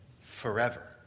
forever